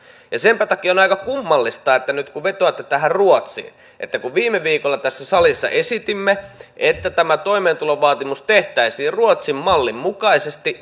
ja senpä takia on aika kummallista että nyt kun vetoatte ruotsiin niin kun viime viikolla tässä salissa esitimme että tämä toimeentulovaatimus tehtäisiin ruotsin mallin mukaisesti